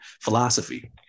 philosophy